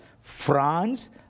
France